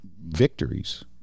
victories